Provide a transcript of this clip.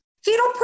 Fetal